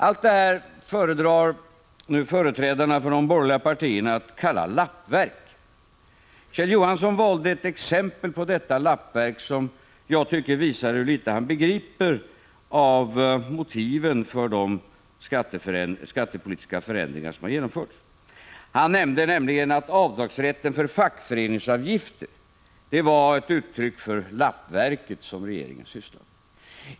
Allt det här föredrar nu företrädarna för de borgerliga partierna att kalla lappverk. Kjell Johansson valde ett exempel på detta lappverk som jag tycker visar hur litet han begriper av motiven för de skattepolitiska förändringar som har genomförts. Han framhöll nämligen att avdragsrätten för fackföreningsavgifter var ett uttryck för det lappverk som regeringen arbetar på.